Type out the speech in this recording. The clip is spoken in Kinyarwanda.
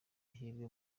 n’ihirwe